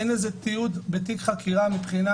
אין לזה תיעוד בתיק החקירה מבחינה